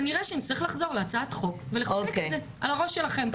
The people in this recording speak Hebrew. כנראה שנצטרך לחזור להצעת חוק ולחוקק את זה על הראש שלכם.